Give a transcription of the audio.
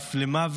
ואף עד למוות,